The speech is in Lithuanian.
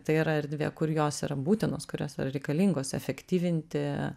tai yra erdvė kur jos yra būtinos kurios yra reikalingos efektyvinti